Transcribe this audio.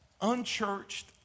Unchurched